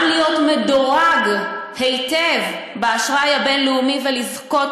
גם להיות מדורג היטב באשראי הבין-לאומי ולזכות